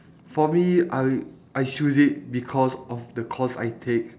for me I I choose it because of the course I take